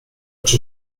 czy